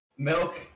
Milk